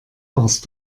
warst